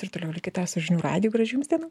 ir toliau likite su žinių radiju gražių jums dienų